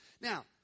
Now